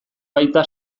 baita